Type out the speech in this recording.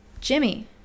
Jimmy